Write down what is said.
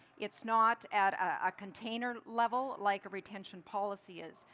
it's not at a container level like a retention policy is.